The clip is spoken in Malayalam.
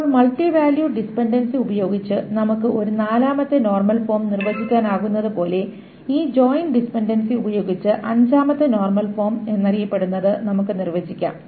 ഇപ്പോൾ മൾട്ടി വാല്യുഡ് ഡിപൻഡൻസി ഉപയോഗിച്ച് നമുക്ക് ഒരു നാലാമത്തെ നോർമൽ ഫോം നിർവ്വചിക്കാനാകുന്നതുപോലെ ഈ ജോയിൻ ഡിപൻഡൻസി ഉപയോഗിച്ച് അഞ്ചാമത്തെ നോർമൽ ഫോം എന്നറിയപ്പെടുന്നത് നമുക്ക് നിർവ്വചിക്കാം